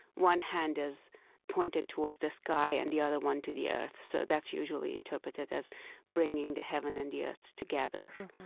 one hand is pointed towards the sky and the other one to the earth. so that's usually interpreted as bringing the heaven and yeah together,